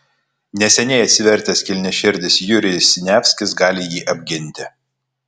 neseniai atsivertęs kilniaširdis jurijus siniavskis gali jį apginti